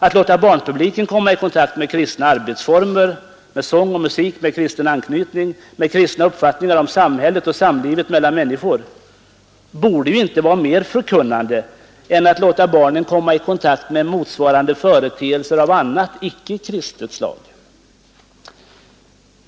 Att låta barnpubliken komma i kontakt med kristna arbetsformer, med sång och musik med kristen anknytning, med kristna uppfattningar om samhället och samlivet mellan människor borde inte vara mer förkunnande än att låta barnen komma i kontakt med motsvarande företeelser av annat icke kristet slag.